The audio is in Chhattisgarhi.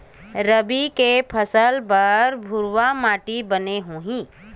रबी के फसल बर कोन से माटी बने होही?